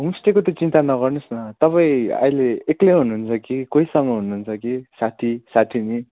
होमस्टेको त चिन्ता नगर्नुहोस् न तपाईँ अहिले एक्लै हुनुहुन्छ कि कोहीसँग हुनुहुन्छ कि साथी साथीनी